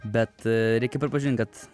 bet reikia pripažint kad